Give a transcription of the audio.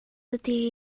ydy